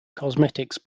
cosmetics